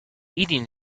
eating